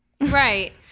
Right